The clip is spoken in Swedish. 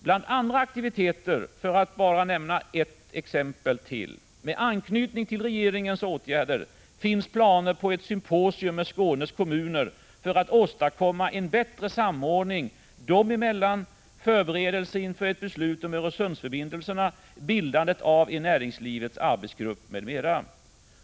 Bland andra aktiviteter — för att bara nämna ett exempel till — med anknytning till regeringens åtgärder finns planer på ett symposium med Skånes kommuner för att åstadkomma en bättre samordning dem emellan, förberedelser inför ett beslut om Öresundsförbindelserna och bildandet av näringslivets arbetsgrupp m.m.